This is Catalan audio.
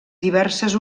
diverses